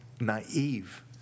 naive